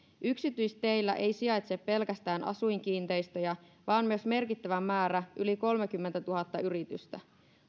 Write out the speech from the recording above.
yksityisteillä ei sijaitse pelkästään asuinkiinteistöjä vaan myös merkittävä määrä yli kolmekymmentätuhatta yritystä